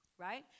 right